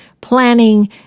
planning